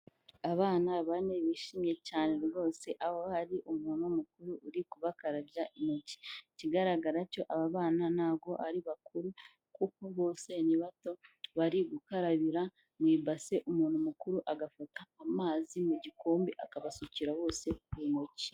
Abana bane bishimye cyane rwose, aho hari umuntu mukuru uri kubakarabya intoki. Ikigaragara cyo aba bana ntago ari bakuru kuko bose ni bato, bari gukarabira mu ibase, umuntu mukuru agafata amazi mu gikombe, akabasukira bose ku ntoki.